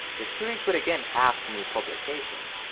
the series would again have to move publications,